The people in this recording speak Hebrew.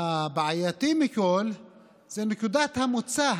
הבעייתי מכול זה נקודת המוצא,